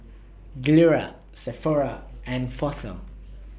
Gilera Sephora and Fossil